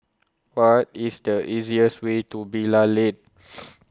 What IS The easiest Way to Bilal Lane